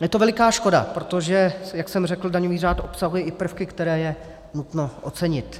Je to veliká škoda, protože, jak jsem řekl, daňový řád obsahuje i prvky, které je nutno ocenit.